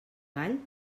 gall